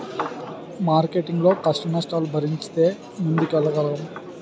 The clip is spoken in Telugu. మార్కెటింగ్ లో కష్టనష్టాలను భరించితే ముందుకెళ్లగలం